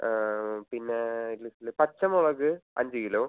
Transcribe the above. പിന്നെ ലിസ്റ്റിൽ പച്ചമുളക് അഞ്ച് കിലോ